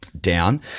Down